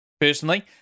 personally